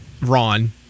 Ron